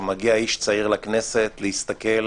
שמגיע איש צעיר לכנסת להסתכל,